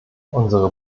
unsere